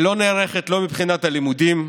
היא לא נערכת לא מבחינת הלימודים,